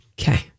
Okay